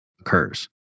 occurs